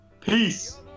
Peace